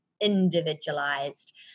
individualized